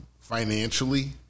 financially